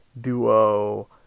Duo